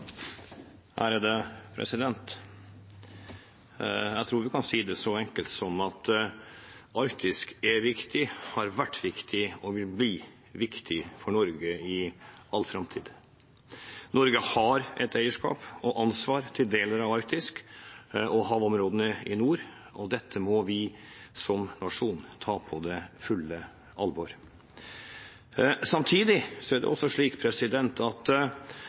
Jeg tror vi kan si det så enkelt som at Arktis er viktig, har vært viktig og vil bli viktig for Norge i all framtid. Norge har et eierskap til og ansvar for deler av Arktis og havområdene i nord, og dette må vi som nasjon ta på fullt alvor. Samtidig er det slik at Arktis og nordområdene er sårbare områder. Derfor er det utrolig viktig at